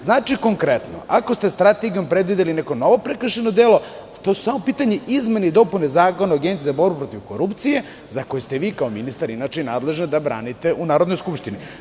Znači konkretno, ako ste strategijom predvideli neko novo prekršajno delo, to su samo u pitanju izmene i dopune zakona o Agenciji za borbu protiv korupcije, za koju ste vi kao ministar inače i nadležan da branite u Narodnoj skupštini.